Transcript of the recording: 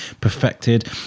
perfected